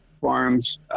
farms